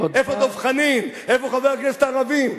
איפה דב חנין, איפה חברי הכנסת הערבים?